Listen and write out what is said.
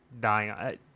dying